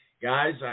Guys